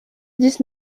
dix